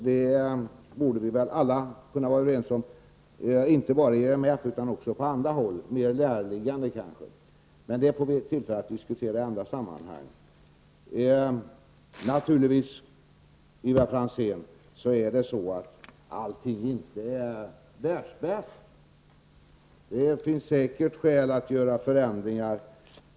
Detta gäller inte bara IMF utan även på andra, kanske mer närliggande, håll. Men det får vi tillfälle att diskutera i andra sammanhang. Naturligtvis är allting inte världsbäst -- Ivar Franzén. Det finns säkert skäl att göra förändringar.